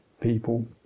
people